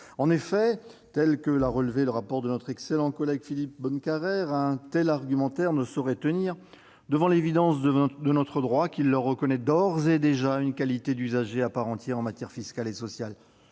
En effet, comme l'a relevé le rapport de notre excellent collègue Philippe Bonnecarrère, un tel argumentaire ne saurait tenir devant l'évidence de notre droit, qui leur reconnaît d'ores et déjà une qualité d'usager à part entière en matière fiscale et sociale.